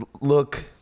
look